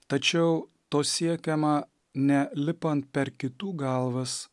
tačiau to siekiama ne lipant per kitų galvas